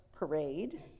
parade